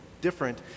different